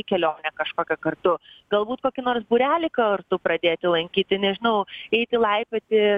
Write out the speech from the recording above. į kelionę kažkokią kartu galbūt kokį nors būrelį kartu pradėti lankyti nežinau eiti laipioti